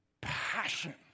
passion